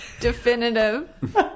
Definitive